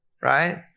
right